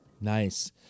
Nice